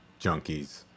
junkies